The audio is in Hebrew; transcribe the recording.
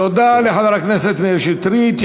תודה לחבר הכנסת מאיר שטרית.